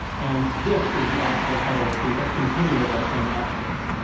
and this is the actual title of the piece. let's continue with that same excerpt.